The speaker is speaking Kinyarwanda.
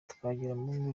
twagiramungu